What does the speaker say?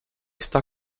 está